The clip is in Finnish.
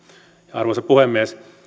arvoisa puhemies